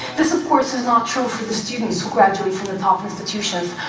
this, of course, is not true for the students who graduate from the top institutions,